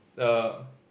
uh